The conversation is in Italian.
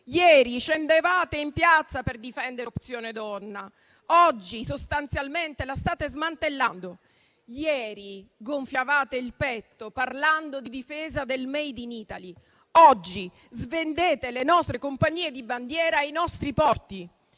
Ieri scendevate in piazza per difendere Opzione donna: oggi sostanzialmente la state smantellando. Ieri gonfiavate il petto parlando di difesa del *made in Italy:* oggi svendete le nostre compagnie di bandiera ai nostri porti.